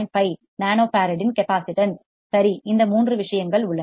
5 nano ஃபராட்டின் capacitance சரி இந்த 3 விஷயங்கள் உள்ளன